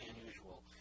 unusual